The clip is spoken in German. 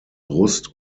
brust